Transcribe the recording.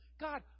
God